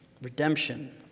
Redemption